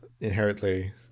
inherently